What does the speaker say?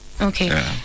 okay